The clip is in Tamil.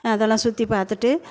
அதெல்லாம் சுற்றி பார்த்துட்டு